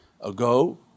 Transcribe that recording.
ago